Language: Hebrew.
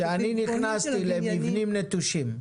כאשר נכנסתי למבנים משותפים,